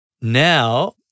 Now